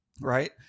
right